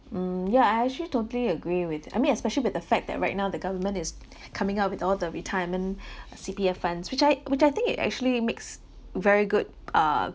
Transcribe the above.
mm ya I actually totally agree with I mean especially with the fact that right now the government is coming out with all the retirement uh C_P_F funds which I which I think it actually makes very good ah